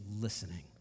listening